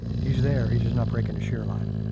he's there, he's just not breaking the shear line.